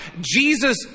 Jesus